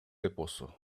эпосу